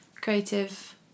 creative